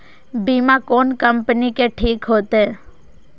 बीमा कोन कम्पनी के ठीक होते?